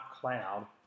cloud